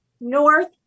North